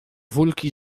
wólki